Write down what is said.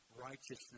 righteousness